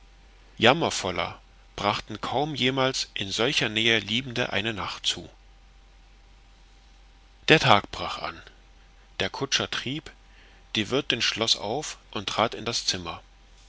jammervoller brachten kaum jemals in solcher nähe liebende eine nacht zu der tag brach an der kutscher trieb die wirtin schloß auf und trat in das zimmer